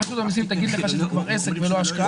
רשות המסים תגיד לך שזה כבר עסק ולא השקעה.